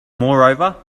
moreover